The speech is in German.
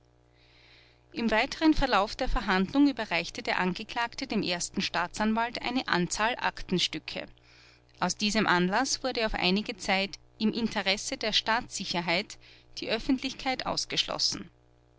im weiteren verlauf der verhandlung überreichte der angeklagte dem ersten staatsanwalt eine anzahl aktenstücke aus diesem anlaß wurde auf einige zeit im interesse der staatssicherheit die öffentlichkeit ausgeschlossen